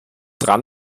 dran